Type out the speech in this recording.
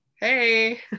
Hey